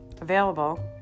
Available